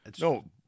No